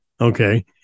okay